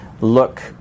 look